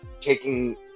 taking